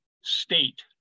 state